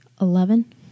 Eleven